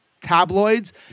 tabloids